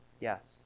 Yes